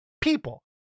people